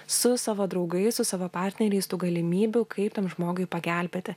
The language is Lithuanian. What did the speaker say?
su savo draugais su savo partneriais tų galimybių kaip tam žmogui pagelbėti